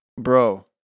bro